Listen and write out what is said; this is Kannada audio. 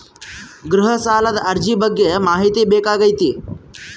ಗೃಹ ಸಾಲದ ಅರ್ಜಿ ಬಗ್ಗೆ ಮಾಹಿತಿ ಬೇಕಾಗೈತಿ?